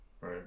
Right